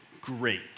great